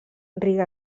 riga